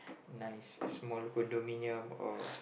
nice a small condominium or